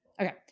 Okay